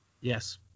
Yes